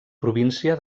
província